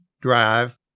Drive